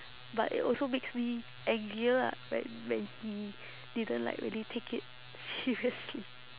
but it also makes me angrier lah when when he didn't like really take it seriously